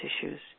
tissues